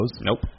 Nope